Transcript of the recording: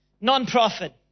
Non-profit